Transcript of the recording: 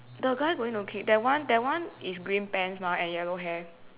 the guy going to kick that one that one is green pants mah and yellow hair